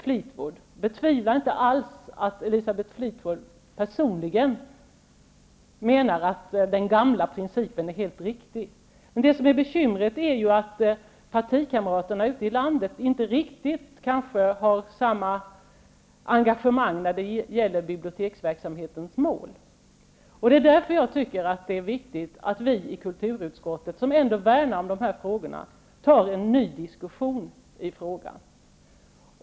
Jag betvivlar inte alls att Elisabeth Fleetwood personligen menar att den gamla principen är helt riktig. Men det som är bekymret är att partikamraterna ute i landet inte riktigt har samma engagemang när det gäller bibliotektsverksamhetens mål. Därför tycker jag det är viktigt att vi i kulturutskottet, som ändå värnar om biblioteken, tar en ny diskussion i frågan.